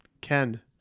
Ken